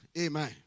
Amen